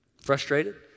frustrated